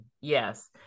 Yes